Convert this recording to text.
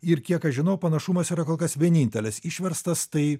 ir kiek aš žinau panašumas yra kol kas vienintelis išverstas tai